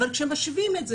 אבל כשמשווים את זה,